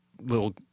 little